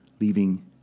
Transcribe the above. leaving